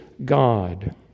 God